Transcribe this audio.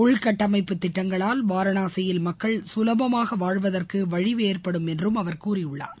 உள்கட்டமைப்பு திட்டங்களால் வாரணாசியில் மக்கள் கலபமாக வாழ்வதற்கு வழி ஏற்படும் என்று அவர் கூறியுள்ளார்